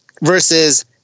versus